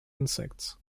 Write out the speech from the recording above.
insects